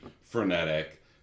frenetic